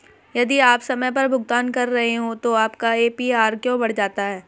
यदि आप समय पर भुगतान कर रहे हैं तो आपका ए.पी.आर क्यों बढ़ जाता है?